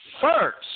first